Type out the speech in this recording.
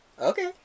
Okay